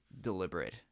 deliberate